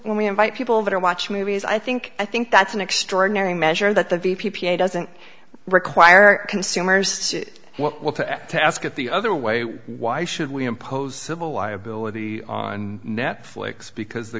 when we invite people over to watch movies i think i think that's an extraordinary measure that the p p a doesn't require consumers what a task it the other way why should we impose civil liability on netflix because the